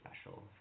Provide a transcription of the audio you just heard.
special